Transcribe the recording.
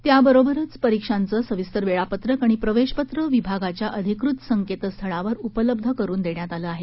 त्याचबरोबर परीक्षांचं सविस्तर वेळापत्रक आणि प्रवेशपत्र विभागाच्या अधिकृत संकेतस्थळावर उपलब्ध करुन देण्यात आलं आहे